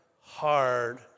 hard